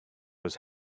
was